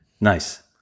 Nice